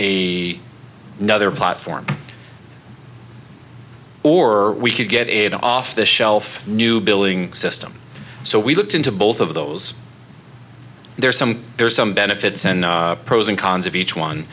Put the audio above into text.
a nother platform or we could get it off the shelf new billing system so we looked into both of those there's some there's some benefits and pros and cons of each one